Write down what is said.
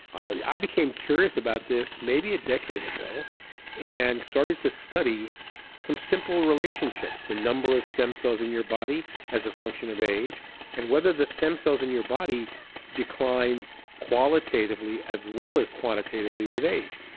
i became curious about this maybe a decade ago and started to study some simple relationships, the number of stem cells in your body as a function of age and whether the stem cells in your body decline qualitatively as well as quantitatively with age.